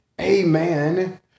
Amen